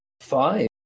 five